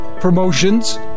promotions